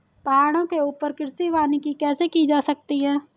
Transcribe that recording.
पहाड़ों के ऊपर कृषि वानिकी कैसे की जा सकती है